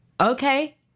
Okay